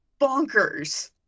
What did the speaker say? Bonkers